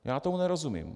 Já tomu nerozumím.